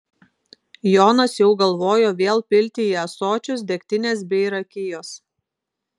jonas jau galvojo vėl pilti į ąsočius degtinės bei rakijos